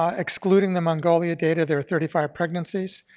um excluding the mongolia data there are thirty five pregnancies,